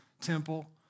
temple